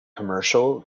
commercial